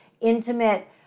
intimate